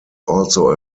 also